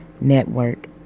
Network